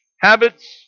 habits